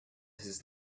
his